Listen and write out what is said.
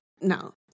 no